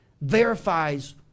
verifies